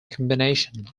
combination